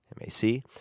M-A-C